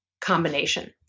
combination